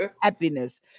happiness